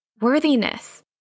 Worthiness